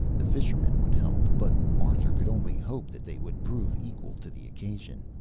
the fishermen would help, but arthur could only hope that they would prove equal to the occasion.